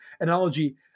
analogy